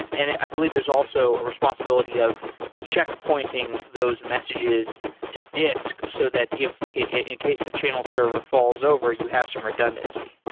and i believe there's also a responsibility of check pointing those messages to disk so that if it in case the channel server falls over, you have some redundancy.